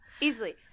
easily